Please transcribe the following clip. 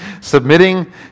Submitting